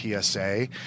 PSA